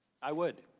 i would.